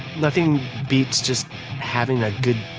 nothing beats just having that good,